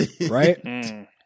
right